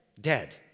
Dead